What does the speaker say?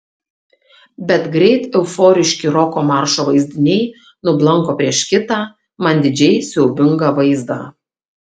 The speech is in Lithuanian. bet greit euforiški roko maršo vaizdiniai nublanko prieš kitą man didžiai siaubingą vaizdą